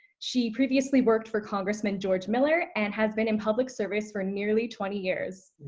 she previously worked for congressman george miller and has been in public service for nearly twenty years.